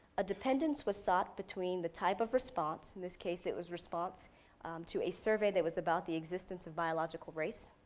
a dependence was sought between the type of response, in this case it was response to a survey that was about the existence of biological race